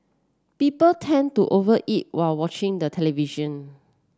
people tend to over eat while watching the television